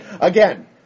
Again